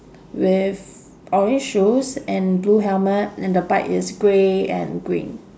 with orange shoes and blue helmet and the bike is grey and green